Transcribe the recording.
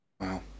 Wow